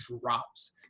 drops